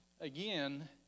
Again